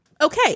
Okay